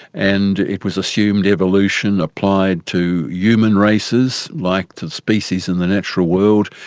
and it was assumed evolution applied to human races like to species in the natural world.